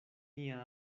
nia